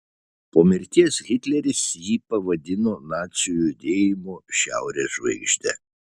po mirties hitleris jį pavadino nacių judėjimo šiaurės žvaigžde